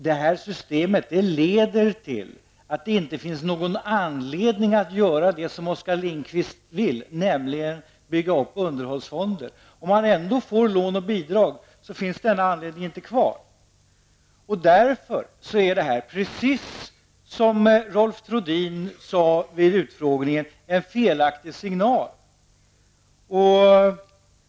Detta system leder till att det inte finns någon anledning att göra det som Oskar Lindkvist vill -- att bygga upp underhållsfonder. Om man ändå får lån och bidrag, finns det inte någon sådan anledning. Precis som Rolf Trodin sade vid utfrågningen är det här en felaktig signal.